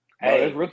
Hey